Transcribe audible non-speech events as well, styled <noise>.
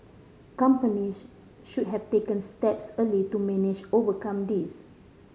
companies <unintelligible> should have taken steps early to manage overcome this